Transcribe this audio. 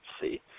see